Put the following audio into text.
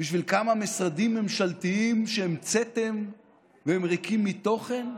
בשביל כמה משרדים ממשלתיים שהמצאתם והם ריקים מתוכן?